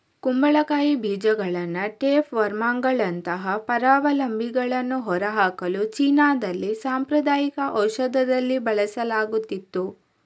ಕುಂಬಳಕಾಯಿ ಬೀಜಗಳನ್ನ ಟೇಪ್ ವರ್ಮುಗಳಂತಹ ಪರಾವಲಂಬಿಗಳನ್ನು ಹೊರಹಾಕಲು ಚೀನಾದಲ್ಲಿ ಸಾಂಪ್ರದಾಯಿಕ ಔಷಧದಲ್ಲಿ ಬಳಸಲಾಗುತ್ತಿತ್ತು